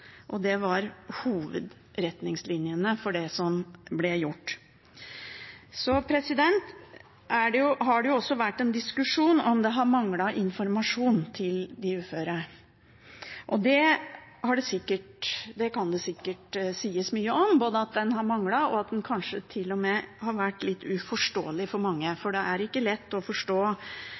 Det var hovedretningslinjene for det som ble gjort. Så har det også vært en diskusjon om det har manglet informasjon til de uføre. Det kan det sikkert sies mye om, både at den har manglet, og at den kanskje til og med har vært litt uforståelig for mange, for det er ikke lett å forstå